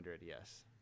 Yes